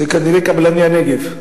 זה כנראה קבלני הנגב,